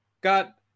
got